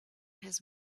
his